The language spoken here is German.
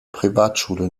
privatschule